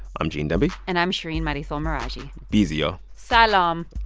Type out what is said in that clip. i'm gene demby and i'm shereen marisol meraji be easy, ah so y'all um